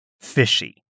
fishy